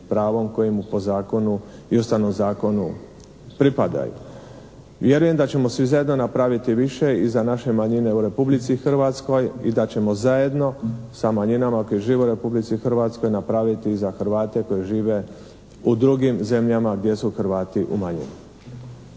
pravom koje mu po zakonu i ustavnom zakonu pripadaju. Vjerujem da ćemo svi zajedno napraviti više i za naše manjine u Republici Hrvatskoj i da ćemo zajedno sa manjinama koje žive u Republici Hrvatskoj napraviti i za Hrvate koji žive u drugim zemljama gdje su Hrvati u manjini.